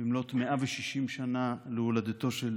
במלאת 160 שנה להולדתו של